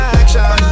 action